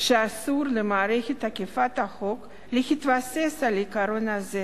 שאסור למערכת אכיפת החוק להתבסס על העיקרון הזה.